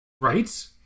Right